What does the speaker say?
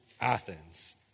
Athens